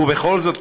ובכל זאת,